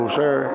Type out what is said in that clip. sir